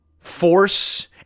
Force